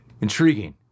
intriguing